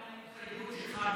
האם תחזור על ההתחייבות שלך למענן?